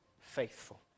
faithful